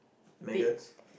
maggots